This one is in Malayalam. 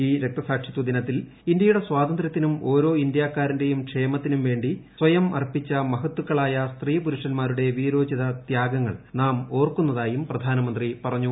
ഇൌ രക്തസാക്ഷിത്വ ദിനത്തിൽ ഇന്ത്യയുടെ സ്വാതന്ത്രൃത്തിനും ഓരോ ഇന്ത്യാക്കാരന്റെയും ക്ഷേമത്തിനും വേണ്ടി സ്വയം അർപ്പിച്ച മഹത്തുക്കളായ സ്ത്രീപുരുഷന്മാരുടെ വീരോചിത ത്യാഗങ്ങൾ നാം ഓർക്കുന്നതായും പ്രധാനമന്ത്രി പറഞ്ഞു